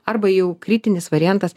arba jau kritinis variantas